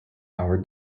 hour